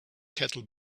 cattle